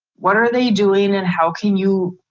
what are they doing and how can you?